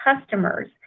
customers